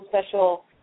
special